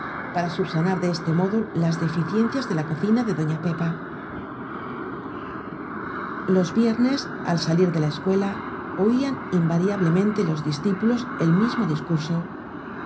para subsanar de este modo las deficiencias de la cocina de doña pepa los viernes al salir de la escuela oían in variablemente los discípulos el mismo discurso